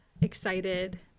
excited